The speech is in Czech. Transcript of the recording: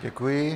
Děkuji.